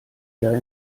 jahr